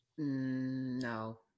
No